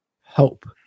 hope